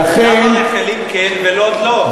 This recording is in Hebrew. למה רחלים כן ולוד לא?